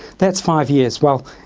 that's five years. well,